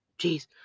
Jeez